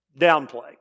downplay